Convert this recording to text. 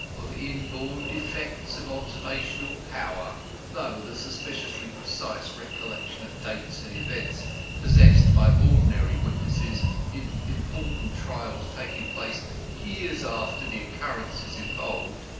of inborn defects of observational power though the suspiciously precise recollection of dates and events possessed by ordinary witnesses in important trials taking place years after the occurrences involved,